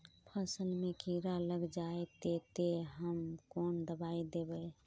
फसल में कीड़ा लग जाए ते, ते हम कौन दबाई दबे?